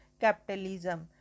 capitalism